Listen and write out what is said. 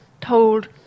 told